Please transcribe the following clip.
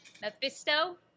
Mephisto